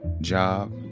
job